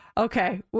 Okay